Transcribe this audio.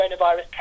Coronavirus